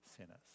sinners